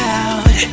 out